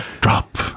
Drop